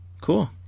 Cool